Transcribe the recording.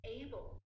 able